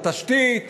התשתית